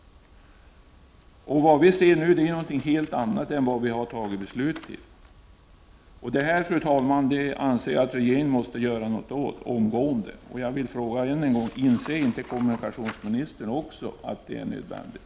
Vad vi ser nu är något helt annat än vad vi i riksdagen har tagit beslut om. Detta, fru talman, anser jag att regeringen skall göra något åt omgående. Jag vill än en gång fråga: Inser inte kommunikationsministern också att det är nödvändigt?